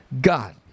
God